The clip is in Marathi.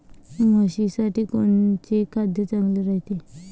म्हशीसाठी कोनचे खाद्य चांगलं रायते?